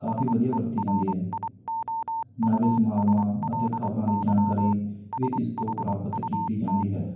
ਕਾਫੀ ਵਧੀਆ ਵਰਤੀ ਜਾਂਦੀ ਹੈ ਨਵੇਂ ਸਮਾਗਮਾਂ ਅਤੇ ਖਬਰਾਂ ਦੀ ਜਾਣਕਾਰੀ ਵੀ ਇਸ ਤੋਂ ਪ੍ਰਾਪਤ ਕੀਤੀ ਜਾਂਦੀ ਹੈ